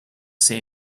see